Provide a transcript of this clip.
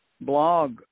blog